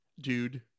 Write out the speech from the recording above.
dude